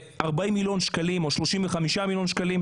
40 מיליון שקלים או 35 מיליון שקלים,